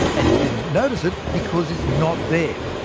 and you didn't notice it because it's not there.